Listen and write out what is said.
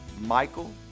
Michael